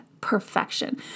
perfection